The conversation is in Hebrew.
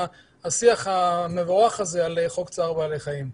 השיח המבורך הזה על חוק צער בעלי חיים.